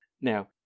Now